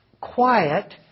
quiet